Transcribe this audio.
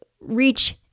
reach